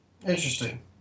Interesting